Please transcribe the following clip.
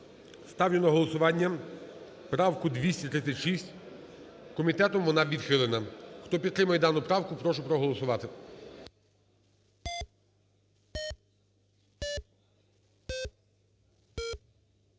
ставлю на голосування правку 236, комітетом вона відхилена. Хто підтримує дану правку, прошу проголосувати.